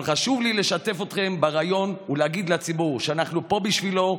אבל חשוב לי לשתף אתכם ברעיון ולהגיד לציבור שאנחנו פה בשבילו.